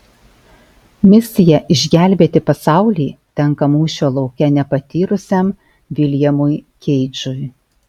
misija išgelbėti pasaulį tenka mūšio lauke nepatyrusiam viljamui keidžui